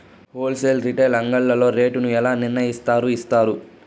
Whole sale retail అంగడ్లలో rate ను ఎలా నిర్ణయిస్తారు యిస్తారు?